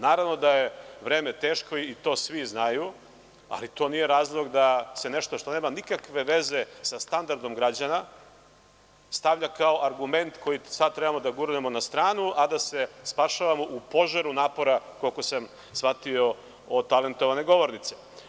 Naravno da je vreme teško i to svi znaju, ali to nije razlog da se nešto što nema nikakve veze sa standardom građana stavlja kao argument koji sad trebamo da gurnemo na stranu, a da se spašavamo u požaru napora, koliko sam shvatio od talentovane govornice.